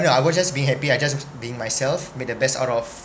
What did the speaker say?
I were just being happy I just being myself make the best out of